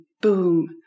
boom